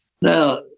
Now